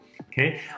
Okay